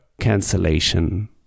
cancellation